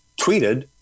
tweeted